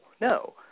no